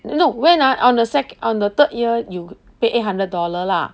no when ah on the sec~ on the third year you pay eight hundred dollar lah